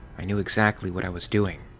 i knew exactly what i was doing.